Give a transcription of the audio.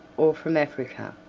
or from africa.